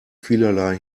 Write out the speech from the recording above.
vielerlei